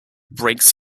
breaks